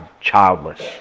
childless